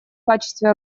качестве